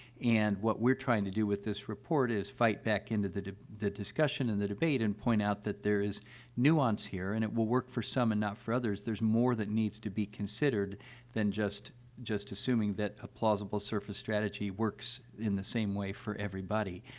and what we're trying to do with this report is fight back in the the discussion and the debate and point out that there is nuance here, and it will work for some and not for others there's more that needs to be considered than just just assuming that a plausible surface strategy works in the same way for everybody.